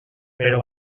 però